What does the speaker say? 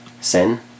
Sin